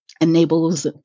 enables